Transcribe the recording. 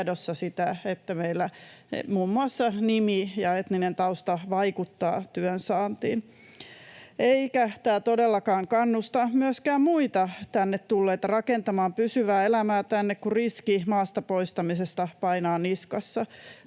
tiedossa se, että muun muassa nimi ja etninen tausta vaikuttavat työn saantiin, eikä tämä todellakaan kannusta myöskään muita tänne tulleita rakentamaan pysyvää elämää tänne, kun riski maasta poistamisesta painaa niskassa.